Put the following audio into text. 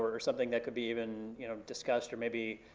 or something that could be even you know discussed or maybe,